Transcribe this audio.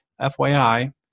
FYI